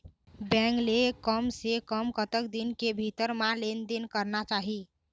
Bank ले कम से कम कतक दिन के भीतर मा लेन देन करना चाही?